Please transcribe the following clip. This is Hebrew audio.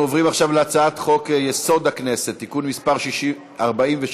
אנחנו עוברים עכשיו להצעת חוק-יסוד: הכנסת (תיקון מס' 46),